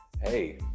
Hey